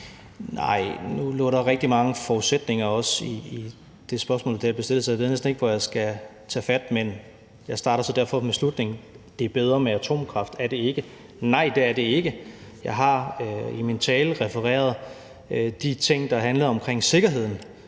Nej. Nu lå der rigtig mange forudsætninger i det spørgsmål, der blev stillet, så jeg ved næsten ikke, hvor jeg skal tage fat. Jeg starter derfor med slutningen: Er det ikke bedre med atomkraft? Nej, det er det ikke. Jeg har i min tale refereret de ting, der handler om sikkerheden.